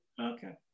Okay